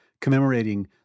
commemorating